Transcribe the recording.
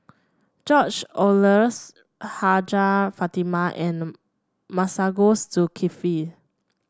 George Oehlers Hajjah Fatimah and Masagos Zulkifli